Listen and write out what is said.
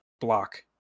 block